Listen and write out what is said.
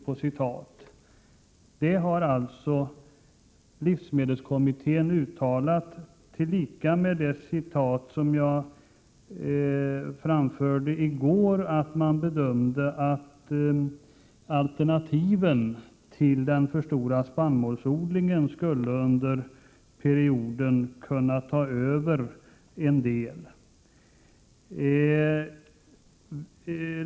Livsmedelskommittén har alltså uttalat, som också framgår av det citat jag framförde i går, att man bedömer att alternativen till den för stora spannmålsodlingen skulle bli tillgängliga och ta över en del.